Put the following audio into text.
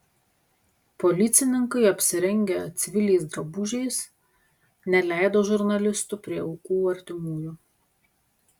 policininkai apsirengę civiliais drabužiais neleido žurnalistų prie aukų artimųjų